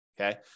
Okay